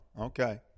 Okay